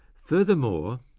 furthermore,